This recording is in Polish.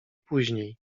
później